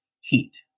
heat